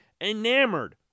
enamored